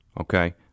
okay